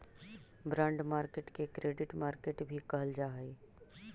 bond market के credit market भी कहल जा हइ